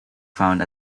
found